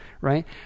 right